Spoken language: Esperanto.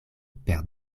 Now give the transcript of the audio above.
per